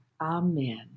Amen